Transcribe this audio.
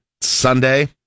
Sunday